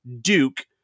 Duke